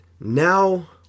Now